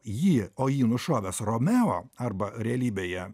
jį o jį nušovęs romeo arba realybėje